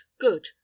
good